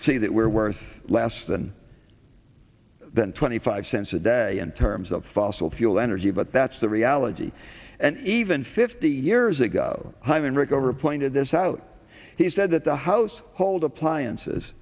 say that we're worth less than than twenty five cents a day in terms of fossil fuel energy but that's the reality and even fifty years ago hyman rickover pointed this out he said that the household appliances